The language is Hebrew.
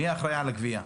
מי אחראי על הגבייה?